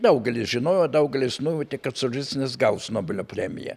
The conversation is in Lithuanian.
daugelis žinojo daugelis nujautė kad solženicynas gaus nobelio premiją